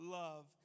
love